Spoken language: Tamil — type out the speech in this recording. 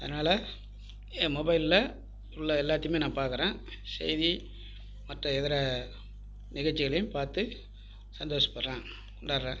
அதனால் ஏன் மொபைலில் உள்ள எல்லாத்தையுமே நான் பார்க்குறேன் செய்தி மற்ற இதர நிகழ்ச்சிகளையும் பார்த்து சந்தோசப்படுகிறேன் வேறு